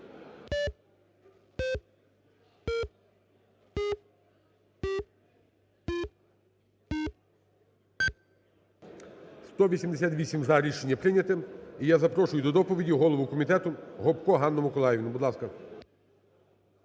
За-188 Рішення прийнято. І я запрошую до доповіді голову комітету Гопко Ганну Миколаївну. Будь ласка.